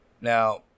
Now